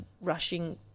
rushing